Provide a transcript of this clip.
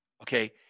Okay